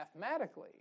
mathematically